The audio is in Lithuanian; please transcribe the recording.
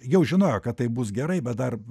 jau žinojo kad taip bus gerai bet dar